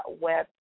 Web